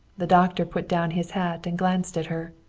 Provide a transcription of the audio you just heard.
the doctor put down his hat and glanced at her.